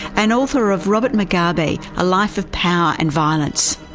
and author of robert mugabe a life of power and violence.